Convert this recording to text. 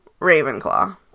Ravenclaw